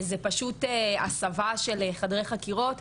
זה פשוט הסבה שלי חדרי חקירות,